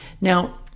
Now